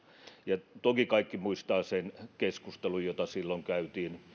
ja toki kaikki muistavat sen keskustelun jota silloin käytiin